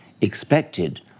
expected